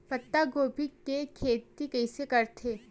पत्तागोभी के खेती कइसे करथे?